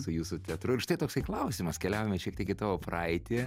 su jūsų teatru ir štai toksai klausimas keliaujame šiek tiek į praeitį